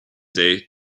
day